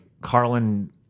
Carlin